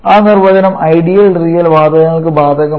ആ നിർവചനം ideal real വാതകങ്ങൾക്ക് ബാധകമാണ്